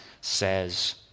says